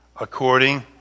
according